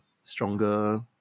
stronger